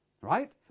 right